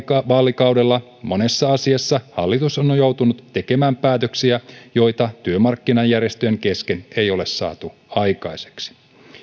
vaalikaudella monessa asiassa hallitus on on joutunut tekemään päätöksiä joita työmarkkinajärjestöjen kesken ei ole saatu aikaiseksi